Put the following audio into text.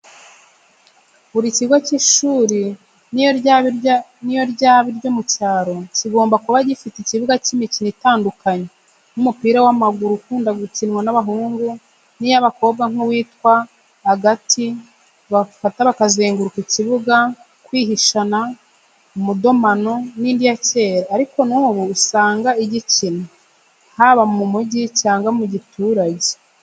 Buri kigo cy'ishuri n'iyo ryaba iryo mu cyaro, kigomba kuba gifite ikibuga cy'imikino itandukanye: nk'umupira w'amaguru ukunda gukinwa n'abahungu n'iy'abakobwa nk'uwitwa agati bafata bakazenguruka ikibuga, kwihishana, umudomano n'indi ya kera ariko n'ubu usanga igikinwa, haba mu mugi cyangwa mu giturage.